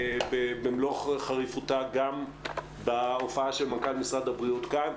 במלוא חריפותה גם בהופעה של מנכ"ל משרד הבריאות כאן.